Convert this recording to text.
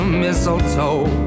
mistletoe